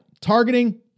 Targeting